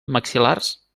maxil·lars